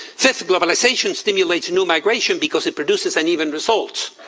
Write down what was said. fifth, globalization stimulate new migration because it produces uneven results.